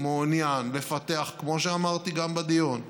כמו שאמרתי גם בדיון,